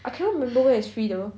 I can't remember where is free though